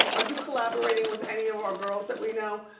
are you collaborating with any of our girls that we know?